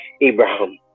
Abraham